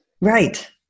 Right